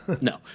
No